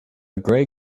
gray